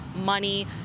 money